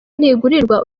ntigurirwa